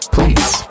Please